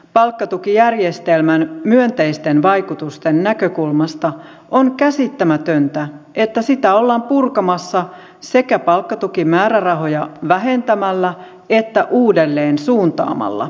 palkkatukijärjestelmän myönteisten vaikutusten näkökulmasta on käsittämätöntä että sitä ollaan purkamassa sekä palkkatukimäärärahoja vähentämällä että uudelleensuuntaamalla